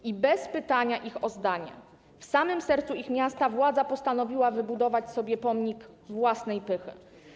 I bez pytania ich o zdanie w samym sercu ich miasta władza postanowiła wybudować sobie pomnik własnej pychy.